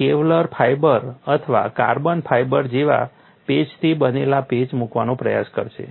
Kevlar fibre અથવા carbon fibre જેવા પેચથી બનેલો પેચ મૂકવાનો પ્રયાસ કરશે